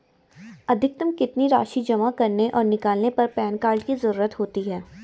अधिकतम कितनी राशि जमा करने और निकालने पर पैन कार्ड की ज़रूरत होती है?